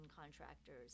contractors